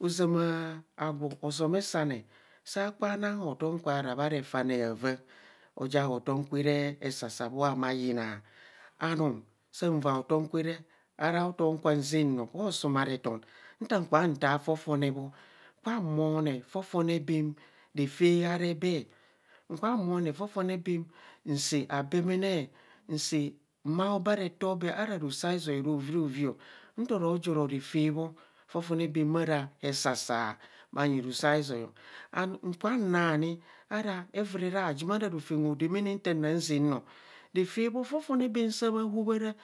ozuma aguro osom esane sa kwa nang hotom kwara bha refane havạạ, oja hotom kwe re esasa mo hama yunaa anum saa vaa hotom kwe re ara hotom zaa noo bho somarethem nto kwa fofone baam saa abemenei nsaa mma obee ara ete obee ara ruso zoi, nto joro refe bho, fofone baam bhara esasa bhanyi fosazoi and, kwa nani araa euurere ajum ara rofem odemene nta nang zeng noo refe bho fofone baam saa bha horabha